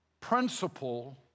principle